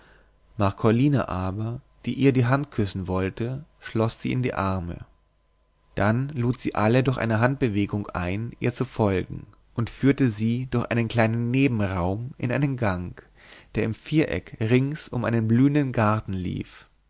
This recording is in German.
marcolina aber die ihr die hand küssen wollte schloß sie in die arme dann lud sie alle durch eine handbewegung ein ihr zu folgen und führte sie durch einen kleinen nebenraum in einen gang der im viereck rings um einen blühenden garten lief